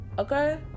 Okay